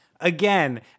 again